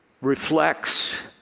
reflects